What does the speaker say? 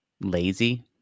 lazy